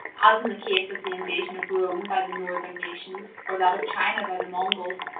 as in the case of the invasion of rome by the northern nations or that of china by the mongols,